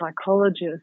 psychologist